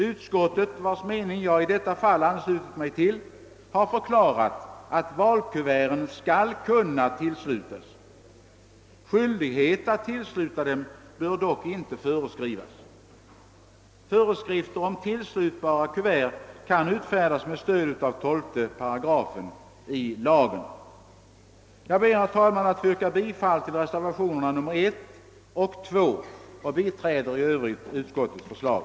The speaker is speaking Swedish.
Utskottet, vars mening jag i detta fall delar, har förklarat att valkuverten skall kunna tillslutas, vilket alltså blir regel. Skyldighet att tillsluta dem bör dock inte föreskrivas. Föreskrifter för tillslutbara kuvert kan utfärdas med stöd av 12 § i lagen. Jag ber, herr talman, att få yrka bifall till reservationerna 1 och 2 och biträder i övrigt utskottets förslag.